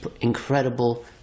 incredible